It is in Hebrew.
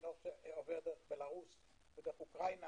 הצינור עובר דרך בלארוס ודרך אוקראינה,